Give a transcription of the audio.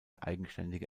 eigenständige